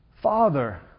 Father